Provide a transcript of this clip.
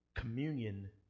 Communion